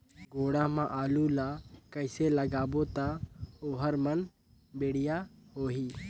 गोडा मा आलू ला कइसे लगाबो ता ओहार मान बेडिया होही?